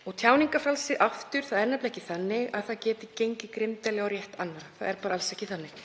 í. Tjáningarfrelsið er nefnilega ekki þannig að það geti gengið grimmdarlega á rétt annarra. Það er alls ekki þannig.